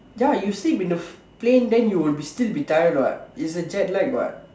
ya you sleep in the plane then you will be still be tired what it's a jetlag what